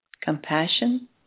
compassion